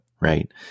right